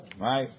Right